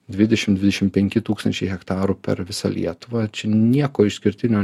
dvidešimt dvidešimt penki tūkstančiai hektarų per visą lietuvą čia nieko išskirtinio